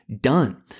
done